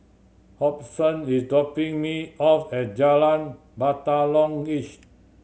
Hobson is dropping me off at Jalan Batalong East